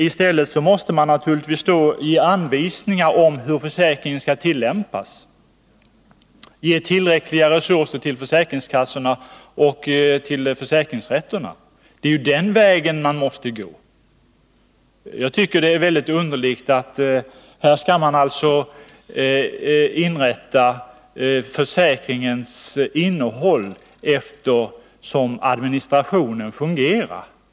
I stället måste man ge anvisningar om hur försäkringen skall tillämpas, ge tillräckliga resurser till försäkringskassorna och försäkringsrätterna. Det är den vägen man måste gå. Här vill man alltså rätta försäkringens innehåll efter hur administrationen fungerar.